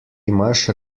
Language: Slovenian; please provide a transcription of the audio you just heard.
imaš